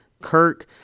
Kirk